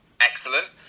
Excellent